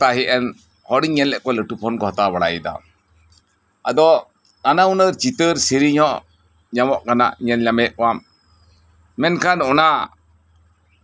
ᱨᱟᱹᱥᱠᱟᱹᱨᱮ ᱠᱟᱛᱷᱟ ᱦᱮᱡ ᱮᱱ ᱟᱹᱰᱤ ᱦᱚᱲ ᱤᱧ ᱧᱮᱞ ᱮᱫ ᱠᱚᱣᱟ ᱞᱟᱹᱴᱩ ᱯᱷᱳᱱ ᱠᱚ ᱦᱟᱛᱟᱣ ᱵᱟᱲᱟᱭᱮᱫᱟ ᱟᱫᱚ ᱱᱟᱱᱟ ᱦᱩᱱᱟᱹᱨ ᱪᱤᱛᱟᱹᱨ ᱥᱮᱹᱨᱮᱹᱧ ᱦᱚᱸ ᱧᱮᱞᱚᱜ ᱠᱟᱱᱟ ᱧᱮᱞ ᱧᱟᱢᱮᱫ ᱠᱚᱣᱟᱢ ᱢᱮᱱᱠᱷᱟᱱ ᱚᱱᱟ